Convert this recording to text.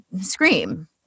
scream